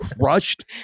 Crushed